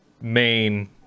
main